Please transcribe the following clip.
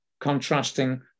contrasting